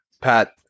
pat